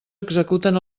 executen